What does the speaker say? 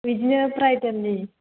बिदिनो ब्राइडेलनि